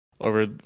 over